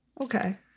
Okay